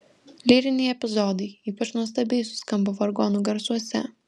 lyriniai epizodai ypač nuostabiai suskambo vargonų garsuose